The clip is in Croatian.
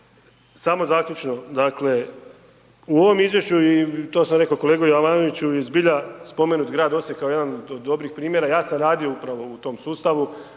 samo zaključno, dakle, u ovom izvješću, to sam i rekao kolegi Jovanoviću i zbilja spomenut grad Osijek kao jedan od dobrih primjera, ja sam radio upravo u tom sustavu,